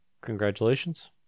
Congratulations